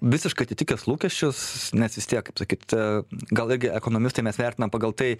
visiškai atitikęs lūkesčius nes vistiek kaip sakyt gal irgi ekonomistai mes vertinam pagal tai